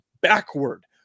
backward